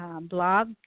blog